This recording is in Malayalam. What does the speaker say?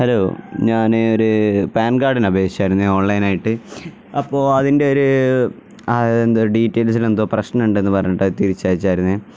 ഹലോ ഞാന് ഒരു പാൻ കാർഡിന് അപേക്ഷിച്ചായിരുന്നേ ഓൺലൈനായിട്ട് അപ്പോള് അതിൻ്റെയൊരു അ എന്തോ ഡീറ്റെയിൽസിലെന്തോ പ്രശ്നമുണ്ടെന്നു പറഞ്ഞിട്ടു തിരിച്ചയച്ചായിരുന്നേ